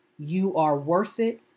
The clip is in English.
youareworthit